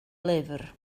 lyfr